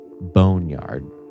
boneyard